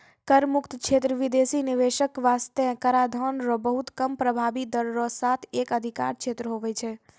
कर मुक्त क्षेत्र बिदेसी निवेशक बासतें कराधान रो बहुत कम प्रभाबी दर रो साथ एक अधिकार क्षेत्र हुवै छै